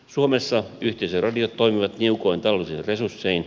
suomessa yhteisöradiot toimivat niukoin taloudellisin resurssein